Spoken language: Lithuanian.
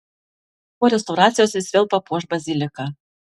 po restauracijos jis vėl papuoš baziliką